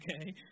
Okay